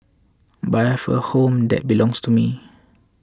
but I have a home that belongs to me